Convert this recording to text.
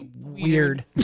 weird